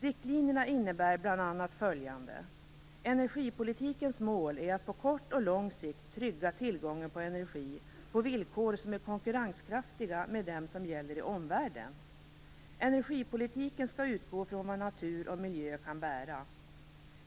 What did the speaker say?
Riktlinjerna innebär bl.a. följande: Energipolitikens mål är att på kort och lång sikt trygga tillgången på energi, på villkor som är konkurrenskraftiga i förhållande till dem som gäller i omvärlden. Energipolitiken skall utgå från vad natur och miljö kan bära.